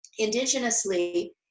indigenously